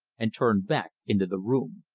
and turned back into the room.